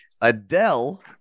Adele